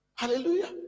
Hallelujah